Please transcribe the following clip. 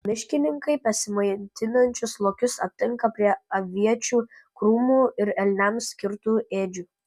miškininkai besimaitinančius lokius aptinka prie aviečių krūmų ir elniams skirtų ėdžių